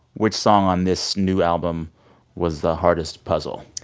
which song on this new album was the hardest puzzle?